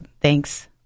Thanks